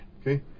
okay